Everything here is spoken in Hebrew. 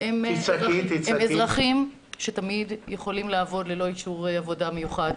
הם אזרחים שתמיד יכולים לעבוד ללא אישור עבודה מיוחד.